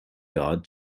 guard